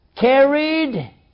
carried